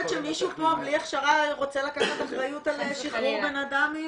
שמישהו פה בלי הכשרה רוצה לקחת אחריות על שחרור בנאדם.